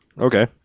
Okay